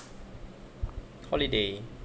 holiday